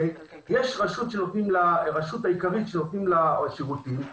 יש רשות עיקרית שנותנים לה שירותים,